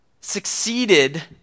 succeeded